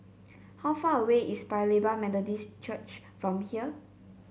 how far away is Paya Lebar Methodist Church from here